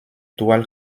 toile